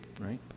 right